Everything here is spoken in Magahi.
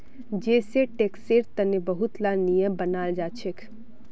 जै सै टैक्सेर तने बहुत ला नियम बनाल जाछेक